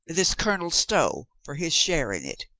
this colonel stow, for his share in it.